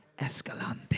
Escalante